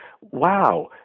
wow